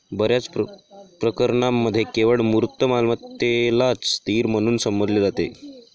बर्याच प्रकरणांमध्ये केवळ मूर्त मालमत्तेलाच स्थिर म्हणून संबोधले जाते